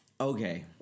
Okay